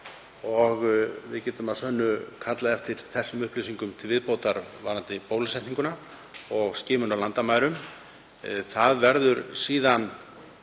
og við getum að sönnu kallað eftir þessum upplýsingum til viðbótar, þ.e. varðandi bólusetningu og skimun á landamærum. Það verður síðan